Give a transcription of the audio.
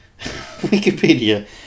wikipedia